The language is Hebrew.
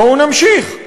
בואו נמשיך.